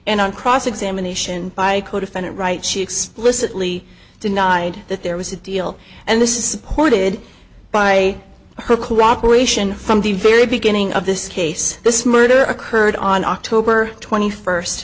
and on cross examination by codefendant right she explicitly denied that there was a deal and this is supported by her cooperation from the very beginning of this case this murder occurred on october twenty first